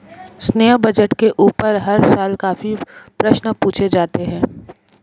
सैन्य बजट के ऊपर हर साल काफी प्रश्न पूछे जाते हैं